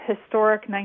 historic